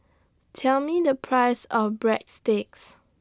Tell Me The Price of Breadsticks